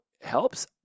helps